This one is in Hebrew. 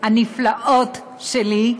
הנפלאים שלי,